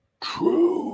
true